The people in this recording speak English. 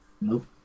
nope